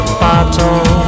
bottle